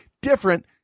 Different